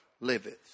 liveth